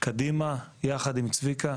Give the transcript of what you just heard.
יחד עם צביקה.